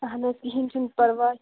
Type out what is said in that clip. اہن حظ کہینۍ چھُنہٕ پرواے